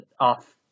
off